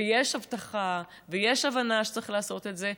ויש הבטחה, ויש הבנה שצריך לעשות את זה.